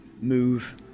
move